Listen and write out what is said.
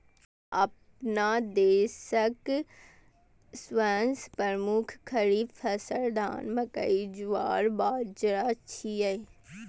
अपना देशक सबसं प्रमुख खरीफ फसल धान, मकई, ज्वार, बाजारा छियै